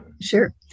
Sure